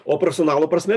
o personalo prasme